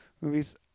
movies